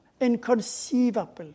inconceivable